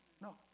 No